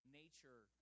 nature